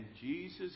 Jesus